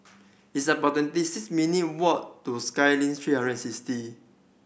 it's about twenty six minute walk to Skyline three hundred and sixty